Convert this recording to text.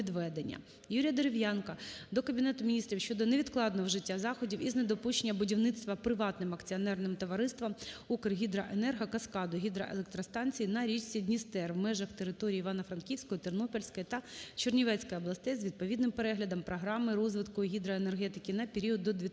Юрія Дерев'янка до Кабінету Міністрів щодо невідкладного вжиття заходів із недопущення будівництва Приватним акціонерним товариством "Укргідроенерго" каскаду гідроелектростанцій на річці Дністер в межах території Івано-Франківської, Тернопільської та Чернівецької областей з відповідним переглядом Програми розвитку гідроенергетики на період до 2026 року.